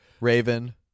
Raven